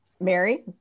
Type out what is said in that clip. mary